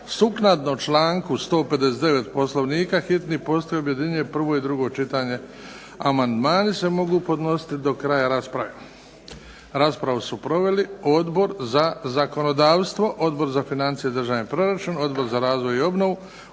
Sukladno članku 159. Poslovnika hitni postupak objedinjuje prvo i drugo čitanje. Amandmani se mogu podnositi do kraja rasprave. Raspravu su proveli Odbor za zakonodavstvo, Odbor za financije i državni proračun, Odbor za razvoj i obnovu,